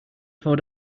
tore